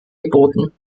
geboten